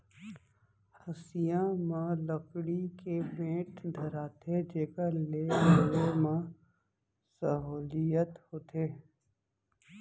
हँसिया म लकड़ी के बेंट धराथें जेकर ले लुए म सहोंलियत होथे